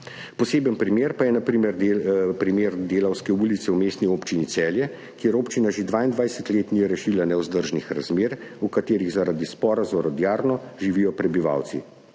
Poseben primer pa je primer Delavske ulice v Mestni občini Celje, kjer občina že 22 let ni rešila nevzdržnih razmer, v katerih zaradi spora z orodjarno živijo prebivalci.